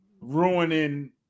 ruining